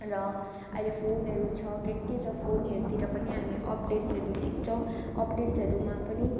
र अहिले फोनहरू छ के के छ फोनहरूतिर पनि हामी अपडेट्सहरू देख्छौँ अपडेटहरूमा पनि